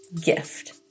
gift